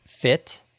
fit